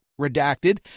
redacted